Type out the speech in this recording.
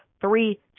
three